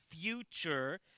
future